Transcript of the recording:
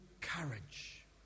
courage